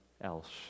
else